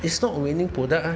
it's not a winning product ah